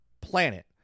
planet